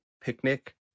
picnic